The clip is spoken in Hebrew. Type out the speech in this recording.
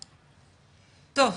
טוב,